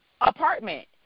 apartment